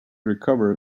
recover